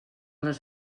les